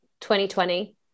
2020